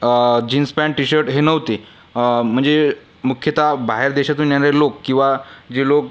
jeans pant T shirt हे नव्हते म्हणजे मुख्यतः बाहेर देशातून येणारे लोक किंवा जे लोक